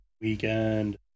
Weekend